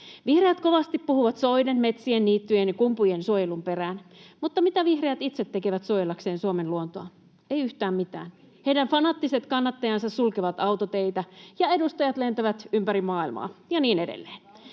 Vihreät kovasti puhuvat soiden, metsien, niittyjen ja kumpujen suojelun perään, mutta mitä vihreät itse tekevät suojellakseen Suomen luontoa — eivät yhtään mitään. Heidän fanaattiset kannattajansa sulkevat autoteitä ja edustajat lentävät ympäri maailmaa ja niin edelleen.